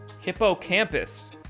Hippocampus